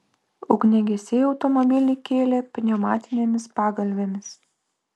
ugniagesiai automobilį kėlė pneumatinėmis pagalvėmis